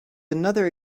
another